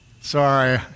Sorry